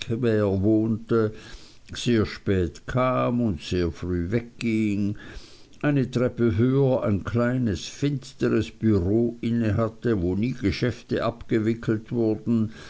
wohnte sehr spät kam und sehr früh wegging eine treppe höher ein kleines finsteres bureau inne hatte wo nie geschäfte abgewickelt wurden